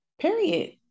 Period